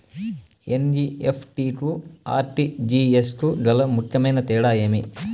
NEFT కు RTGS కు గల ముఖ్యమైన తేడా ఏమి?